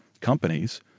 companies